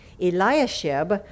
Eliashib